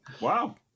Wow